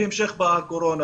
בהמשך באה הקורונה.